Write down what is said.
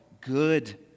good